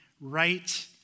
right